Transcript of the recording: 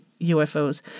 UFOs